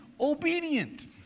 Obedient